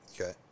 Okay